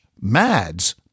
mads